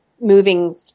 moving